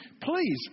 please